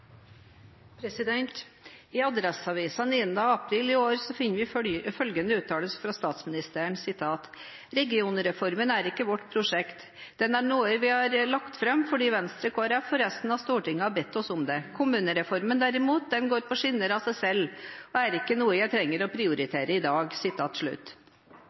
I Adresseavisen 9. april i år finner vi følgende uttalelse fra statsministeren: «Regionreformen er ikke vårt prosjekt. Den er noe vi har lagt frem fordi Venstre, KrF og resten av stortinget har bedt oss om det. Kommunereformen, derimot, den går på skinner av seg selv – og er ikke noe jeg trenger å prioritere i dag».